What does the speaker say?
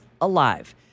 alive